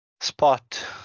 spot